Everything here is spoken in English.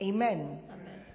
Amen